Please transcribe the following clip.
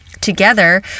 Together